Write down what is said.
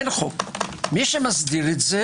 מי שמסדיר את זה